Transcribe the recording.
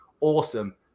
awesome